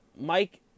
Mike